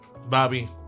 Bobby